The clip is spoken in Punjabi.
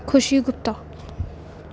ਖੁਸ਼ੀ ਗੁਪਤਾ